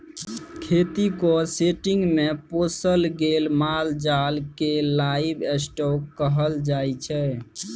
खेतीक सेटिंग्स मे पोसल गेल माल जाल केँ लाइव स्टाँक कहल जाइ छै